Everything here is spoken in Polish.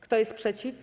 Kto jest przeciw?